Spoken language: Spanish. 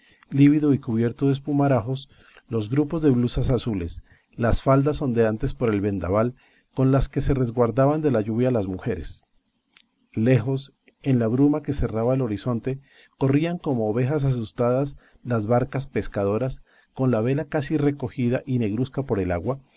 lívido y cubierto de espumarajos los grupos de blusas azules las faldas ondeantes por el vendaval con las que se resguardaban de la lluvia las mujeres lejos en la bruma que cerraba el horizonte corrían como ovejas asustadas las barcas pescadoras con la vela casi recogida y negruzca por el agua